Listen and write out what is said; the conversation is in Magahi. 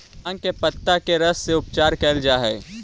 भाँग के पतत्ता के रस से उपचार कैल जा हइ